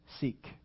seek